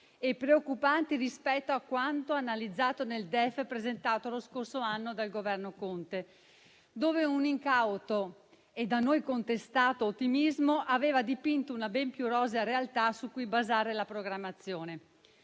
e preoccupanti rispetto a quanto analizzato nel DEF presentato lo scorso anno dal Governo Conte, dove un incauto e da noi contestato ottimismo aveva dipinto una ben più rosea realtà su cui basare la programmazione.